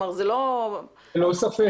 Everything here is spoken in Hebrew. ללא ספק.